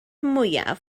mwyaf